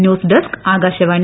news desk Akashvani